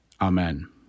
Amen